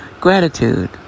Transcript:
gratitude